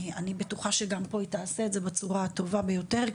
אני בטוחה שגם פה היא תעשה את זה בצורה הטובה ביותר,